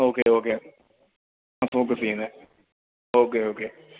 okay okay focus ചെയ്യുന്നത് okay okay